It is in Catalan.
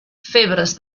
febres